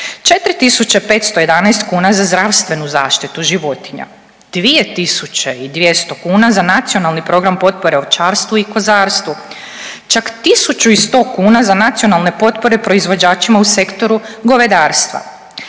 4.511 kuna za zdravstvenu zaštitu životinja, 2.200 kuna za nacionalni program potpore ovčarstvu i kozarstvu, čak 1.100 kuna za nacionalne potpore proizvođačima u sektoru govedarstva.